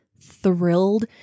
thrilled